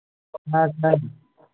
ꯇꯥꯏ ꯇꯥꯏ